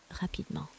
rapidement